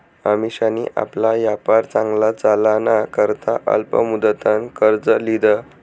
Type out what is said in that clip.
अमिशानी आपला यापार चांगला चालाना करता अल्प मुदतनं कर्ज ल्हिदं